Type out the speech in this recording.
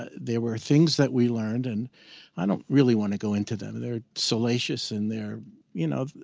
ah there were things that we learned, and i don't really want to go into them. they're salacious and they're you know,